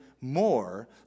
more